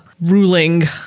ruling